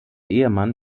ehemann